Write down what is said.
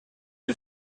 who